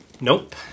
Nope